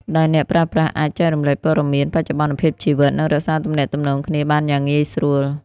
ដែលអ្នកប្រើប្រាស់អាច ចែករំលែកព័ត៌មាន បច្ចុប្បន្នភាពជីវិត និងរក្សាទំនាក់ទំនងគ្នាបានយ៉ាងងាយស្រួល។